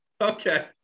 okay